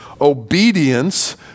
obedience